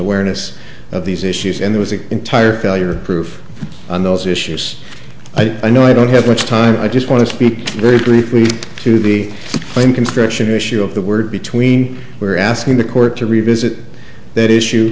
awareness of these issues and there was an entire failure proof on those issues i know i don't have much time i just want to speak very briefly to the main construction issue of the word between we're asking the court to revisit that issue